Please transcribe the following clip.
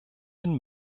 den